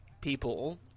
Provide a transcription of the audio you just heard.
people